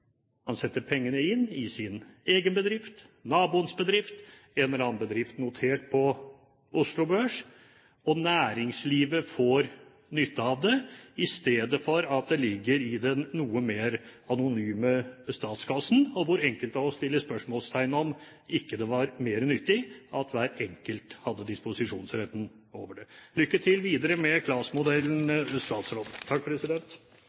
Han setter pengene inn i sin egen bedrift, i naboens bedrift, i en eller annen bedrift notert på Oslo Børs, og næringslivet får nytte av det, i stedet for at de ligger i den noe mer anonyme statskassen, og hvor enkelte av oss setter spørsmålstegn ved om det ikke var mer nyttig at hver enkelt hadde disposisjonsretten over dem. Lykke til videre med